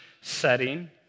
setting